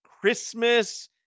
christmas